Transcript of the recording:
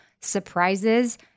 surprises